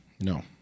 No